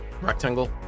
rectangle